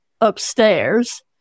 upstairs